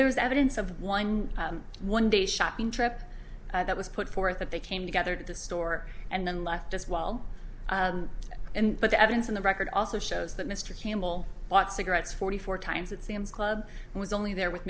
there was evidence of one one day shopping trip that was put forth that they came together to the store and then left as well and but the evidence on the record also shows that mr campbell bought cigarettes forty four times at sam's club and was only there with